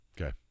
Okay